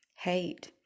hate